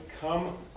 come